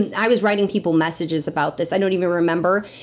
and i was writing people messages about this. i don't even remember.